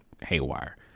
haywire